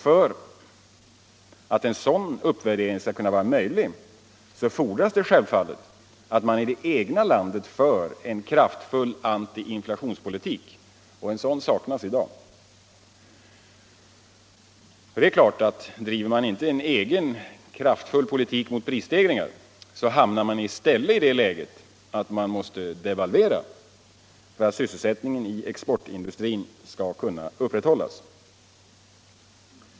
För att en sådan uppvärdering skall vara möjlig, fordras debatt och valutapolitisk debatt självfallet att man i det egna landet för en kraftfull antiinflationspolitik, och en sådan saknas i dag. Driver man inte en egen kraftfull politik mot prisstegringar måste vi devalvera för att sysselsättningen inom exportindustrin skall kunna upprätthållas.